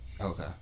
Okay